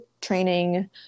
training